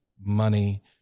money